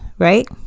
Right